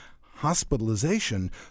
hospitalization